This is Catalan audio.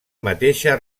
mateixa